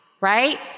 right